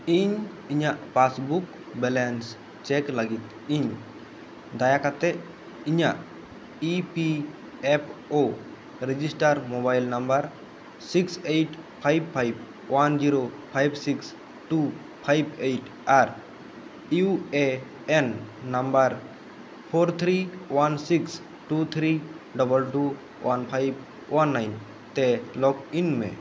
ᱤᱧ ᱤᱧᱟᱜ passbook balance check ᱞᱟᱹᱜᱤᱫ ᱤᱧ ᱫᱟᱭᱟ ᱠᱟᱛᱮᱫ ᱤᱧᱟᱜ E P F O register mobile number six eight five five one zero five six two five eight are U A N number four three one six two three double two one five one nine ᱛᱮ login ᱢᱮ